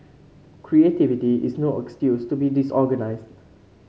creativity is no excuse to be disorganised